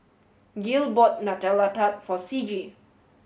Gil bought Nutella Tart for Ciji